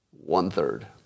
One-third